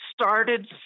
started